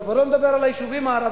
אני כבר לא מדבר על היישובים הערביים,